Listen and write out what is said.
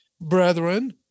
brethren